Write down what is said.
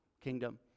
kingdom